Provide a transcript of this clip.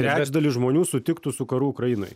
trečdalis žmonių sutiktų su karu ukrainoj